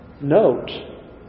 note